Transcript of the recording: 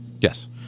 Yes